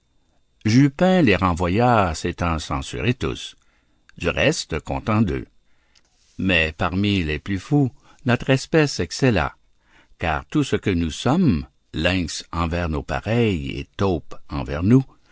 jupin les renvoya s'étant censurés tous du reste contents d'eux mais parmi les plus fous notre espèce excella car tout ce que nous sommes lynx envers nos pareils et taupes envers nous